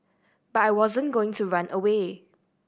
but I wasn't going to run away